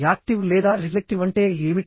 active లే దా reflective listening అంటే ఏమిటి